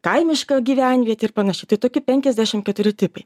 kaimiška gyvenvietė ir panašiai tai tokie penkiasdešimt keturi tipai